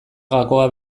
gakoa